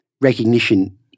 recognition